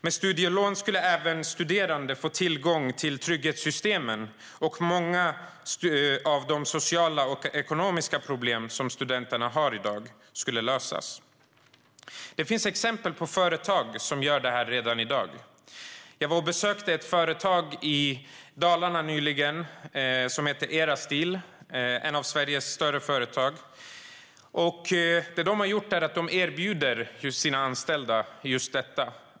Med studielön skulle även studerande få tillgång till trygghetssystemen, och många av de sociala och ekonomiska problem som studenterna har i dag skulle lösas. Det finns exempel på företag som gör det redan i dag. Jag besökte nyligen ett företag i Dalarna som heter Erasteel Kloster. Det är ett av Sveriges större företag. Vad det har gjort är att det erbjuder sina anställda just detta.